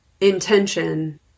intention